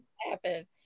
happen